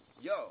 yo